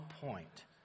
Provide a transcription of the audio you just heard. point